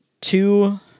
Two